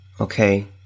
Okay